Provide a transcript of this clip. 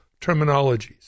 terminologies